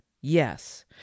Yes